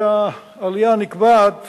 העלייה נקבעת